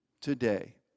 today